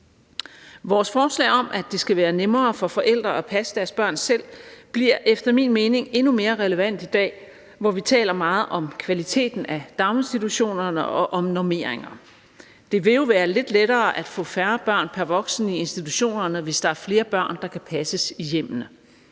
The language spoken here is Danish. Vores forslag om, at det skal være nemmere for forældre at passe deres børn selv, bliver efter min mening endnu mere relevant i dag, hvor vi taler meget om kvaliteten af daginstitutionerne og om normeringer. Det vil jo være lidt lettere at få færre børn pr. voksen i institutionerne, hvis der er flere børn, der kan passes i hjemmene.